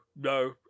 no